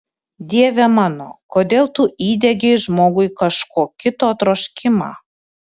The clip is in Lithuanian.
dieve mano kodėl tu įdiegei žmogui kažko kito troškimą